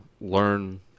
learn